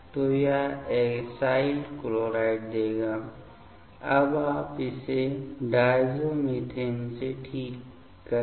तो वह acyl chloride देगा अब आप इसे डायज़ोमिथेन से ठीक करें